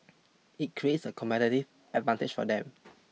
it creates a competitive advantage for them